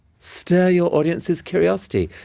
stir your audience's curiosity.